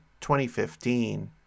2015